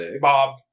Bob